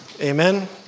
Amen